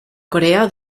corea